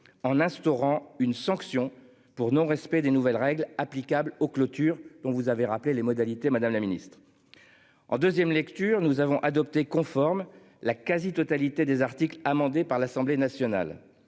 En instaurant une sanction pour non respect des nouvelles règles applicables aux clôtures dont vous avez rappelé les modalités Madame la Ministre. En 2ème, lecture, nous avons adopté conforme la quasi-totalité des articles amendés par l'Assemblée nationale.